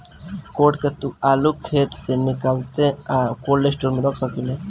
code के तू आलू खेत से निकालेलऽ आ कोल्ड स्टोर में रख डेवेलऽ